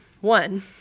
One